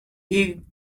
eighth